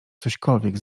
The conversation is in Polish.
cośkolwiek